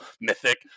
mythic